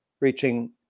reaching